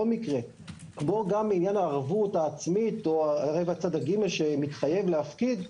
כמו גם בעניין הערבות העצמית או ערב צד ג' שמתחייב להפקיד,